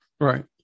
Right